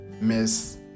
Miss